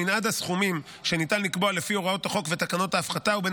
מנעד הסכומים שניתן לקבוע לפי הוראות החוק ותקנות ההפחתה הוא בין